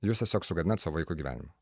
jūs tiesiog sugadinat savo vaikui gyvenimą